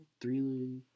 Three